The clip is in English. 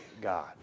God